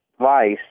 vice